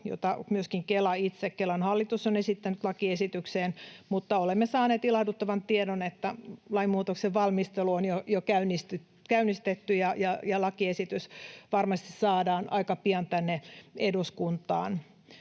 jota myöskin Kelan hallitus itse on esittänyt lakiesitykseen, mutta olemme saaneet ilahduttavan tiedon, että lainmuutoksen valmistelu on jo käynnistetty ja lakiesitys varmasti saadaan aika pian tänne eduskuntaan.